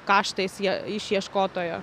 kaštais jie išieškotojo